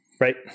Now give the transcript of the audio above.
right